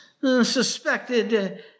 suspected